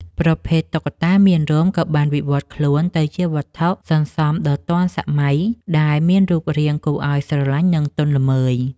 ប្រភេទតុក្កតាមានរោម ក៏បានវិវត្តខ្លួនទៅជាវត្ថុសន្សំដ៏ទាន់សម័យដែលមានរូបរាងគួរឱ្យស្រឡាញ់ និងទន់ល្មើយ។